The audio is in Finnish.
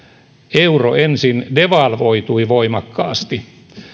euro ensin devalvoitui voimakkaasti